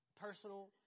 personal